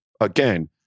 again